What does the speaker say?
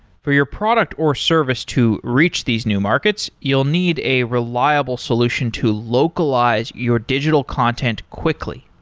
for your product or service to reach these new markets, you'll need a reliable solution to localize your digital content quickly.